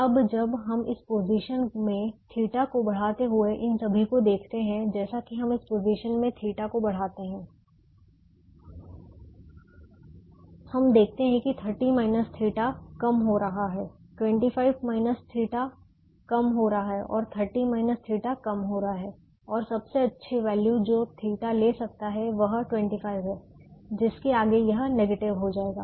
अब जब हम इस पोजीशन में θ को बढ़ाते हुए इन सभी को देखते हैं जैसा कि हम इस पोजीशन में θ को बढ़ाते हैं हम देखते हैं कि 30 θ कम हो रहा है 25 θ कम हो रहा है और 30 θ कम हो रहा है और सबसे अच्छी वैल्यू जो θ ले सकता है वह 25 है जिसके आगे यह नेगेटिव हो जाएगा